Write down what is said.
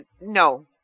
no